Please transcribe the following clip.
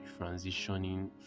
transitioning